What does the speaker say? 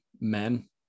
men